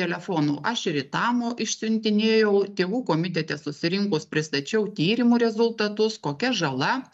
telefonų aš į tamo išsiuntinėjau tėvų komitete susirinkus pristačiau tyrimų rezultatus kokia žala